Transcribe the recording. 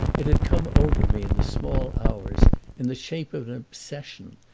it had come over me in the small hours in the shape of obsession,